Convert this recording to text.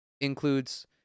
includes